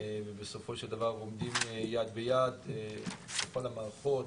ובסופו של דברים עומדים יד ביד בכל המערכות,